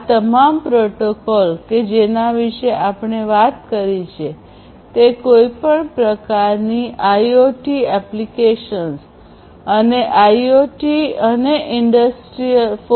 આ તમામ પ્રોટોકોલ કે જેના વિશે આપણે વાત કરી છે તે કોઈપણ પ્રકારની આઇઓટી એપ્લિકેશન્સ અને આઇઓટી અને ઉદ્યોગ 4